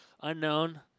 unknown